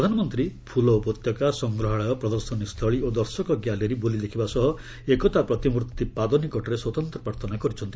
ପ୍ରଧାନମନ୍ତ୍ରୀ ଫୁଲ ଉପତ୍ୟକା ସଂଗ୍ରହାଳୟ ପ୍ରଦର୍ଶନୀ ସ୍ଥୁଳୀ ଓ ଦର୍ଶକ ଗ୍ୟାଲେରୀ ବୁଲି ଦେଖିବା ସହ ଏକତା ପ୍ରତିମ୍ଭି ପାଦ ନିକଟରେ ସ୍ୱତନ୍ତ୍ର ପ୍ରାର୍ଥନା କରିଛନ୍ତି